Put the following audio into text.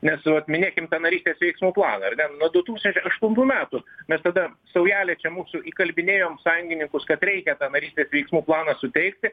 nes vat minėkim tą narystės veiksmų planą ar ne nuo du tūkstančiai aštuntų metų mes tada saujelė čia mūsų įkalbinėjom sąjungininkus kad reikia tą narystės veiksmų planą suteikti